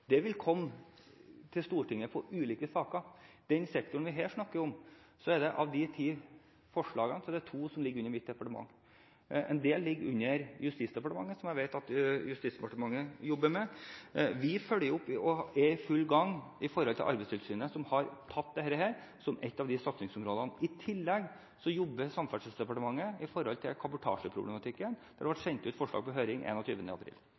vil komme til Stortinget gjennom ulike saker. I den sektoren vi her snakker om, er det blant de ti tiltakene to som ligger under mitt departement. En del ligger under Justisdepartementet, og jeg vet at Justisdepartementet jobber med dem. Vi følger opp – det er vi i full gang med – Arbeidstilsynet, som har hatt dette som ett av satsingsområdene. I tillegg jobber Samferdselsdepartementet med kabotasjeproblematikken. Det ble sendt ut forslag på høring den 21. april.